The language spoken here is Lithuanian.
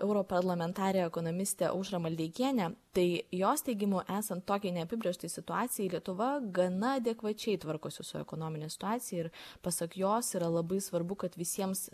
europarlamentarę ekonomistę aušrą maldeikienę tai jos teigimu esant tokiai neapibrėžtai situacijai lietuva gana adekvačiai tvarkosi su ekonomine situacija ir pasak jos yra labai svarbu kad visiems